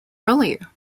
earlier